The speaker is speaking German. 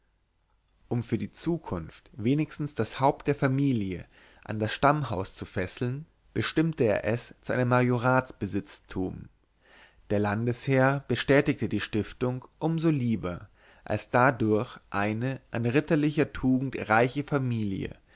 um für die zukunft wenigstens das haupt der familie an das stammhaus zu fesseln bestimmte er es zu einem majoratsbesitztum der landesherr bestätigte die stiftung um so lieber als dadurch eine an ritterlicher tugend reiche familie